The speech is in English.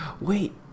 Wait